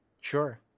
sure